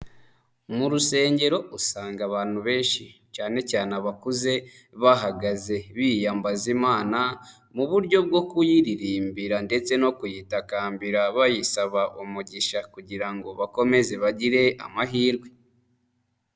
Mu rusengero usanga abantu benshi cyane cyane abakuze bahagaze, biyambaza Imana mu buryo bwo kuyiririmbira ndetse no kuyitakambira bayisaba umugisha kugira ngo bakomeze bagire amahirwe.